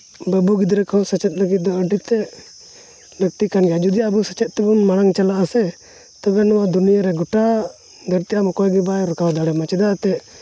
ᱵᱟᱹᱵᱩ ᱜᱤᱫᱽᱨᱟᱹ ᱠᱚ ᱥᱮᱪᱮᱫ ᱞᱟᱹᱜᱤᱫ ᱫᱚ ᱟᱹᱰᱤ ᱛᱮᱫ ᱞᱟᱹᱠᱛᱤ ᱠᱟᱱ ᱜᱮᱭᱟ ᱡᱩᱫᱤ ᱟᱵᱚ ᱥᱮᱪᱮᱫ ᱛᱮᱵᱚᱱ ᱢᱟᱲᱟᱝ ᱪᱟᱞᱟᱜᱼᱟ ᱥᱮ ᱛᱚᱵᱮ ᱱᱚᱣᱟ ᱫᱩᱱᱤᱭᱟᱹ ᱨᱮ ᱜᱳᱴᱟ ᱫᱷᱟᱹᱨᱛᱤ ᱟᱢ ᱚᱠᱚᱭ ᱜᱮᱵᱟᱭ ᱨᱳᱠᱟᱣ ᱫᱟᱲᱮᱣᱟᱢᱟ ᱪᱮᱫᱟᱜ ᱮᱱᱛᱮᱫ